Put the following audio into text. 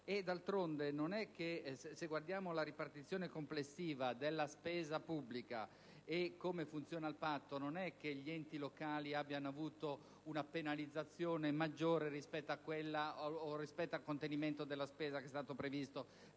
se guardiamo la ripartizione complessiva della spesa pubblica e il funzionamento del Patto, non è vero che gli enti locali abbiano avuto una penalizzazione maggiore rispetto al contenimento della spesa previsto